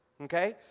Okay